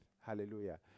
Hallelujah